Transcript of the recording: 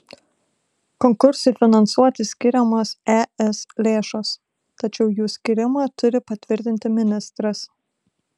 konkursui finansuoti skiriamos es lėšos tačiau jų skyrimą turi patvirtinti ministras